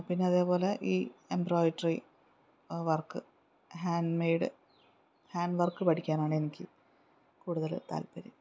പിന്നെ അതേപോലെ ഈ embroidery work handmade hand work പഠിക്കാനാണ് എനിക്ക് കൂടുതൽ താല്പര്യം